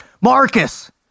marcus